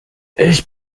ich